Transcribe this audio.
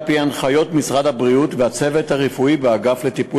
על-פי הנחיות משרד הבריאות והצוות הרפואי באגף לטיפול